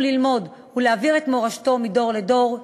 ללמוד ולהעביר את מורשתו מדור לדור.